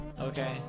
Okay